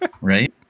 right